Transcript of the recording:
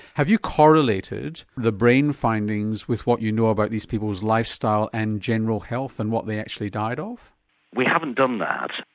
have you correlated the brain findings with what you know about these people's lifestyle and general health, and what they actually died we haven't done that,